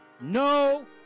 no